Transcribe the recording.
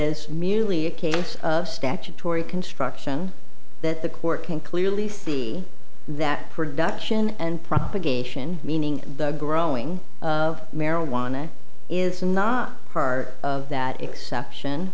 is merely a case of statutory construction that the court can clearly see that production and propagation meaning the growing of marijuana is not part of that exception